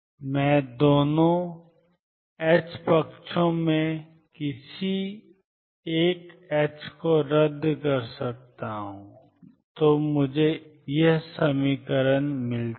मैं दोनों पक्षों में से किसी एक को रद्द कर सकता हूं और मुझे ∂t2mi ∂x∂x ∂ψ∂x मिलता है